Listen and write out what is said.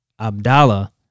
Abdallah